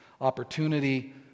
opportunity